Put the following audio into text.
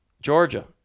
georgia